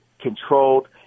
controlled